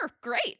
great